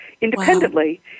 independently